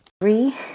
Three